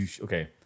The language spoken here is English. okay